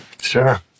Sure